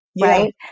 right